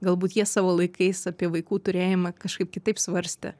galbūt jie savo laikais apie vaikų turėjimą kažkaip kitaip svarstė